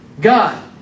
God